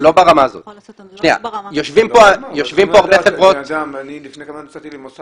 אני קודם כל מאוד מודה.